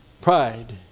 Pride